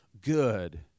Good